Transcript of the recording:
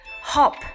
hop